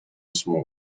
small